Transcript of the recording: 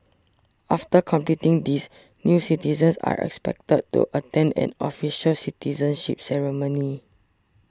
after completing these new citizens are expected to attend an official citizenship ceremony